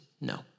No